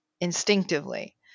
instinctively